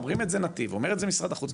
אומרים את זה "נתיב", אומר את זה משרד החוץ.